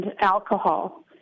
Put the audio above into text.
alcohol